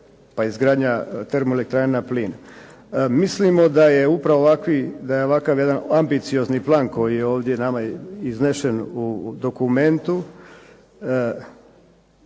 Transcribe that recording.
pa izgradnja termoelektrana na plin. Mislimo da je upravo ovakav ambiciozni plan koji je ovdje iznesen u dokumentu